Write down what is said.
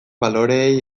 baloreei